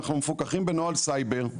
אנחנו מפוקחים בנוהל סייבר,